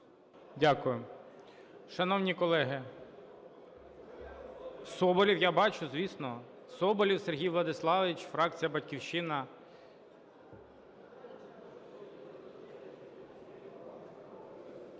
Дякую. Шановні колеги, Соболєв… Я бачу, звісно, Соболєв Сергій Владиславович, фракція "Батьківщина".